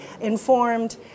informed